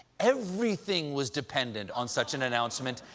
everything was dependent on such an announcement,